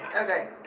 Okay